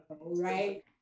right